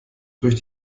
durch